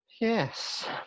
yes